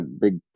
big